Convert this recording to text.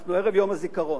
אנחנו ערב יום הזיכרון,